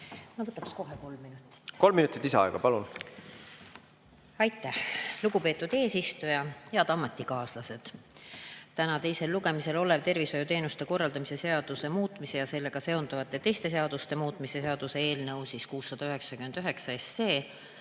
minutit lisaaega. Palun! Kolm minutit lisaaega. Palun! Aitäh! Lugupeetud eesistuja! Head ametikaaslased! Täna teisel lugemisel olev tervishoiuteenuste korraldamise seaduse muutmise ja sellega seonduvalt teiste seaduste muutmise seaduse eelnõu 699 on